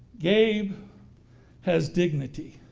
gabe has dignity.